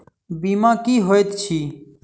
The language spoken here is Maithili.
बीमा की होइत छी?